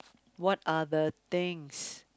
what other things